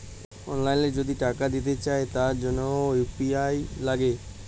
অললাইল যদি টাকা দিতে চায় তার জনহ ইউ.পি.আই লাগে